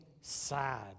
sad